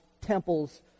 temples